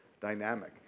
dynamic